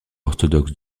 orthodoxe